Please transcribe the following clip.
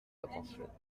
attentions